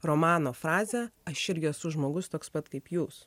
romano frazę aš irgi esu žmogus toks pat kaip jūs